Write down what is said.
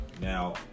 Now